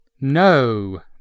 No